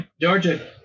Georgia